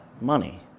money